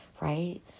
right